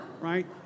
right